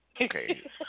Okay